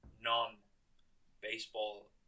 non-baseball